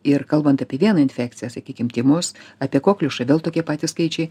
ir kalbant apie vieną infekciją sakykim tymus apie kokliušą vėl tokie patys skaičiai